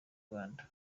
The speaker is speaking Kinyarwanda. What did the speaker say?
rwanda